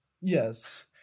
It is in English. Yes